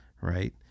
right